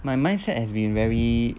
my mindset has been very